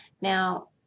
Now